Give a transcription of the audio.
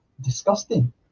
disgusting